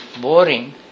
boring